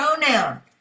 pronoun